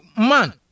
man